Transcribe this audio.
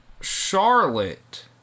Charlotte